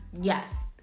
Yes